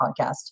podcast